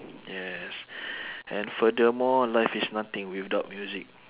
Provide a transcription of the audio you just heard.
yes and furthermore life is nothing without music